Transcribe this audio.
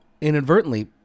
inadvertently